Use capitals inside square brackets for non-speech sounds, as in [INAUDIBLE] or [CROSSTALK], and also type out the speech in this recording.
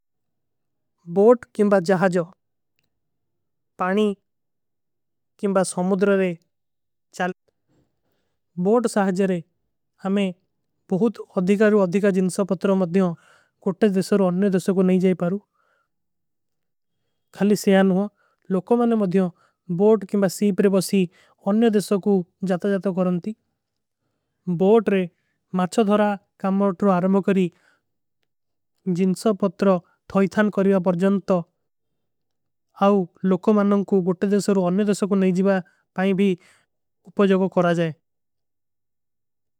ବୋର୍ଟ କେଂବା ଜହାଜଵ ପାନୀ କେଂବା ସମୁଦ୍ରରେ ଚାଲତେ। [HESITATION] ହୈଂ ବୋର୍ଟ ସହାଜରେ ହମେଂ ବହୁତ ଅଧିକାରୁ ଅଧିକାର ଜିନ୍ସଵ ପତ୍ରୋଂ ମେଂ କୁଟ୍ଟେ। ଦେଶୋଂ ଔର ଅନ୍ଯ ଦେଶୋଂ କୋ ନହୀଂ ଜାଏ ପାରୂ ଖାଲୀ ସେଯାନ ହୂଁ ଲୋକୋ। ମାନନେ ମଦିଯୋଂ ବୋର୍ଟ କେଂବା ସୀପରେ ବସୀ ଅନ୍ଯ ଦେଶୋଂ କୋ ଜାତା ଜାତା। କରନତୀ ବୋର୍ଟ କେଂବା ସୀପରେ ବସୀ ଅନ୍ଯ ଦେଶୋଂ କୋ ଜାତା ଜାତା କରନତୀ।